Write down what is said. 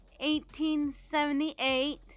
1878